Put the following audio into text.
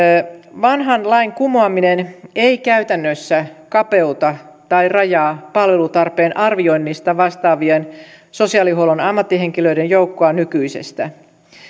vanhan lain kumoaminen ei käytännössä kapeuta tai rajaa palvelutarpeen arvioinnista vastaavien sosiaalihuollon ammattihenkilöiden joukkoa nykyisestä